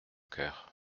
cœur